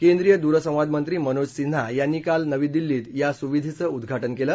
केंद्रीय दूरसंवाद मंत्री मनोज सिन्हा यांनी काल नवी दिल्ली इथं या सुविधेचं उद्घाटन केलं